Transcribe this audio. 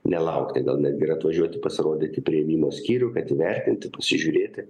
nelaukti gal netgi ir atvažiuoti pasirodyti priėmimo skyrių kad įvertinti pasižiūrėti